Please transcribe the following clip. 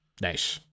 Nice